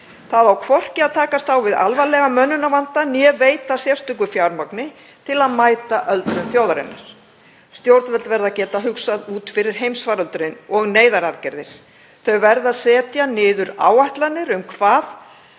Það á hvorki að takast á við alvarlegan mönnunarvanda né að veita sérstakt fjármagn til að mæta öldrun þjóðarinnar. Stjórnvöld verða að geta hugsað út fyrir heimsfaraldurinn og neyðaraðgerðir. Þau verða að setja niður áætlanir um með